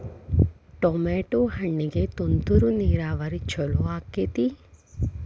Tomato ಹಣ್ಣಿಗೆ ತುಂತುರು ನೇರಾವರಿ ಛಲೋ ಆಕ್ಕೆತಿ?